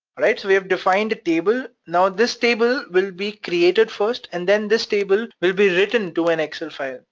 alright, so we have defined the table. now this table will be created first, and then this table will be written to an excel file,